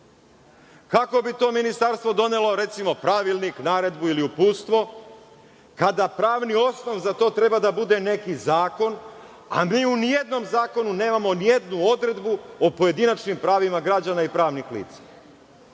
Kako bi to ministarstvo donelo, recimo, pravilnik, naredbu ili uputstvo, kada pravni osnov za to treba da bude neki zakon, a mi u nijednom zakonu nemamo nijednu odredbu o pojedinačnim pravima građana i pravnih lica.